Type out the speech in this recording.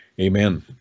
Amen